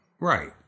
Right